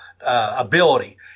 ability